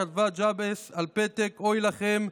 כתבה ג'עבס על פתק: אוי לכם,